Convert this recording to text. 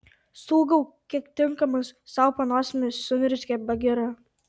stūgauk kiek tinkamas sau po nosimi suniurzgė bagira